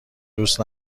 دوست